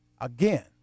Again